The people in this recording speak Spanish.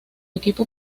equipo